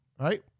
Right